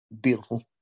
beautiful